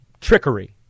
trickery